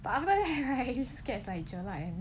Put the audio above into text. but after that right you scared like